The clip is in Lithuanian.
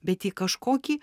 bet į kažkokį